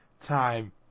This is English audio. time